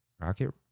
rocket